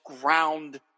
ground